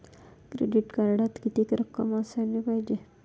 Credit कार्डात कितीक रक्कम असाले पायजे?